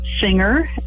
singer